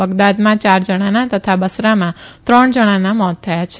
બગદાદમાં યાર જણાના તથા બસરામાં ત્રણ જણાના મોત થયા છે